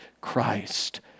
Christ